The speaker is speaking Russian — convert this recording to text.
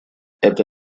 это